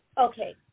okay